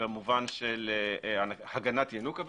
במובן של הגנת ינוקא.